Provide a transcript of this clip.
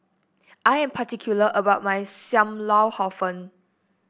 I am particular about my Sam Lau Hor Fun